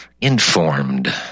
informed